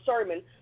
sermon